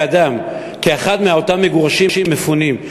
כאחד מאותם מגורשים מפונים,